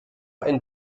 ein